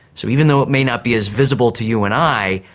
so even though it may not be as visible to you and i,